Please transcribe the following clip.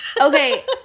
Okay